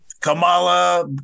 Kamala